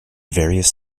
various